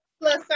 plus